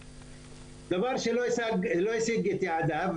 דבר שלא השיג את יעדיו.